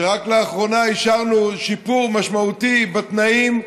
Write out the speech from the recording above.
שרק לאחרונה אישרנו בה שיפור משמעותי בתנאים.